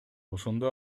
ошондо